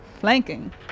flanking